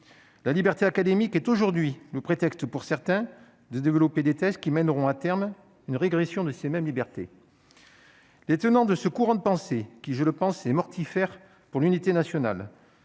la liberté académique est aujourd'hui le prétexte pour certains, de développer des thèses qui mèneront à terme une régression de ces mêmes libertés. Les tenants de ce courant de pensée qui, je le pense et mortifère pour l'unité nationale